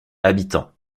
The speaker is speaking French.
habitants